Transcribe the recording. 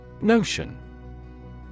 Notion